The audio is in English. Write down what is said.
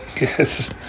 Yes